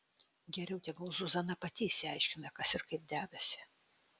geriau tegul zuzana pati išsiaiškina kas ir kaip dedasi